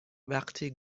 وقتی